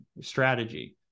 strategy